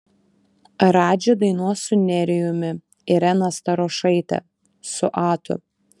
radži dainuos su nerijumi irena starošaitė su atu